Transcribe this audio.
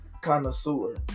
connoisseur